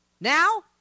Now